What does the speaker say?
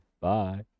Bye